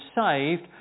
saved